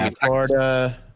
Florida